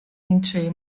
іншої